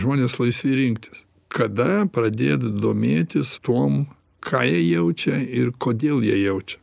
žmonės laisvi rinktis kada pradėt domėtis tuom ką jie jaučia ir kodėl jie jaučia